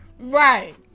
Right